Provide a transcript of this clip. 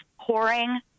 pouring